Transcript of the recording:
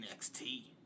NXT